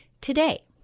today